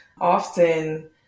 Often